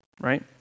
right